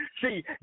See